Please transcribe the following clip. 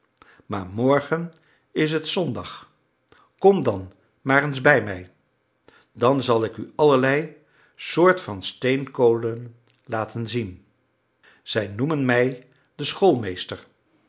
maar morgen is het zondag kom dan maar eens bij mij dan zal ik u allerlei soort van steenkolen laten zien zij noemen mij den